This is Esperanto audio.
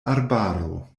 arbaro